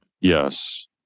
Yes